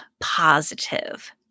positive